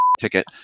ticket